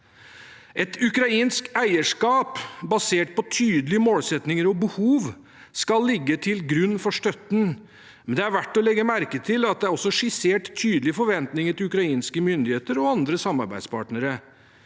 Et ukrainsk eierskap basert på tydelige målsettinger og behov skal ligge til grunn for støtten. Det er verdt å legge merke til at det også er skissert tydelige forventninger til ukrainske myndigheter og andre samarbeidspartnere,